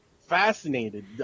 fascinated